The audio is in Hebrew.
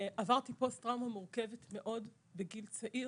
עברתי פוסט טראומה מורכבת מאוד בגיל צעיר.